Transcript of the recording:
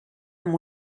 amb